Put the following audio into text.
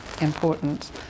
important